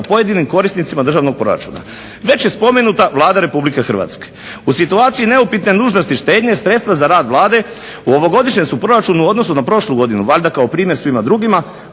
pojedinim korisnicima državnog proračuna. Već je spomenuta Vlada Republike Hrvatske. U situaciji neupitne nužnosti štednje sredstva za rad Vlade u ovogodišnjem su proračunu u odnosu na prošlu godinu valjda kao primjer svima drugima